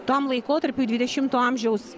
tam laikotarpiui dvidešimto amžiaus